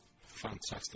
Fantastic